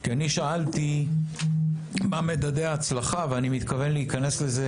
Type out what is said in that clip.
אני שאלתי מה מדדי ההצלחה, ואני מתכוון להיכנס לזה